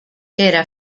era